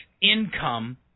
income